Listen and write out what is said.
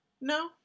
no